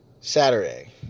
Saturday